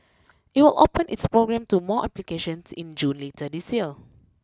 it will open its program to more applications in June later this year